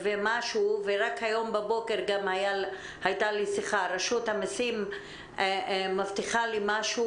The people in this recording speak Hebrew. רק היום בבוקר הייתה לי שיחה רשות המסים מבטיחה לי משהו